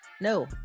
no